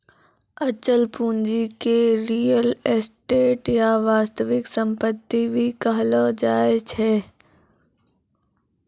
अचल पूंजी के रीयल एस्टेट या वास्तविक सम्पत्ति भी कहलो जाय छै